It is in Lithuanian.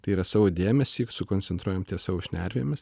tai yra savo dėmesį sukoncentruojam ties savo šnervėmis